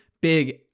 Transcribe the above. big